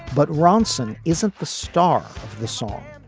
but ronson isn't the star of the song.